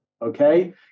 Okay